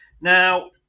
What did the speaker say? Now